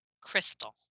Crystal